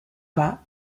pas